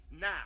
Now